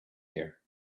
year